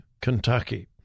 Kentucky